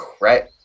right